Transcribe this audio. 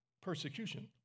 persecution